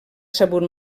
sabut